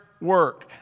work